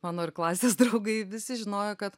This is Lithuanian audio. mano ir klasės draugai visi žinojo kad